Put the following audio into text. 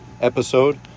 episode